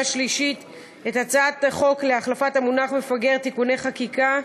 שלישית את הצעת החוק להחלפת המונח מפגר (תיקוני חקיקה),